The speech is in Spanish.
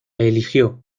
eligió